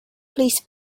please